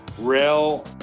Rail